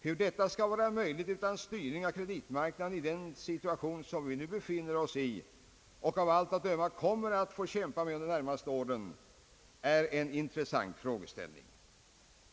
Hur detta skall vara möjligt utan styrning och en viss prioritering av kreditmarknaden i den situation, vari vi nu befinner oss och av allt att döma kommer att få kämpa med de närmaste åren, är en ytterst intressant frågeställning.